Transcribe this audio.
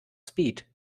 speed